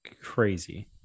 crazy